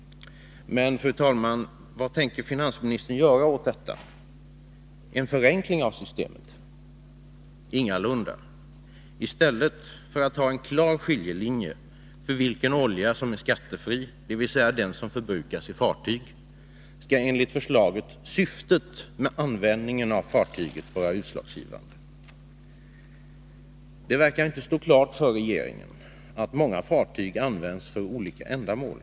Men vad tänker finansministern göra åt detta? Blir det en förenkling av systemet? Ingalunda! I stället för att ha en klar skiljelinje mellan skattefri olja, dvs. den olja som förbrukas i fartyg, och annan olja skall enligt förslaget syftet med användningen av fartyget vara utslagsgivande. Regeringen verkar inte ha klart för sig att samma fartyg många gånger används för olika ändamål.